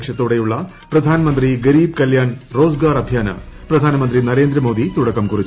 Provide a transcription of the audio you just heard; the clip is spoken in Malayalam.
ലക്ഷ്യത്തോടെയുള്ള പ്രധാനമന്ത്രി ഗരീബ് കല്യാൺ റോസ്ഗർ അഭിയാന് പ്രധാനമന്ത്രി നരേന്ദ്രമോദി തുടക്കം കുറിച്ചു